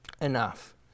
enough